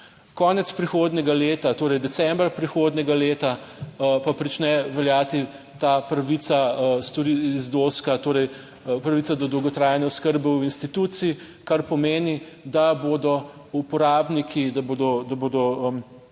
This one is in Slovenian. Konec prihodnjega leta, torej decembra prihodnjega leta pa prične veljati ta pravica iz Doska, torej pravica do dolgotrajne oskrbe v instituciji. Kar pomeni, da bodo uporabniki, da bodo,